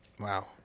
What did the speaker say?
Wow